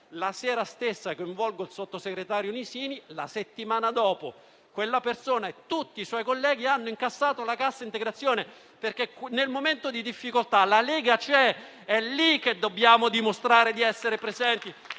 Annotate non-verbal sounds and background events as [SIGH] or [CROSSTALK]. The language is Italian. La sera stessa coinvolgo il sottosegretario Nisini; la settimana dopo quella persona e tutti i suoi colleghi hanno incassato la cassa integrazione, perché nel momento di difficoltà la Lega c'è. [APPLAUSE] È lì che dobbiamo dimostrare di essere presenti